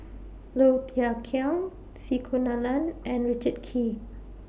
Low Thia Khiang C Kunalan and Richard Kee